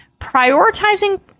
Prioritizing